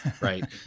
Right